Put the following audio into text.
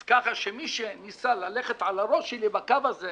אז ככה שמי שניסה ללכת על הראש שלי בקו הזה,